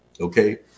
Okay